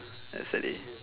that's the day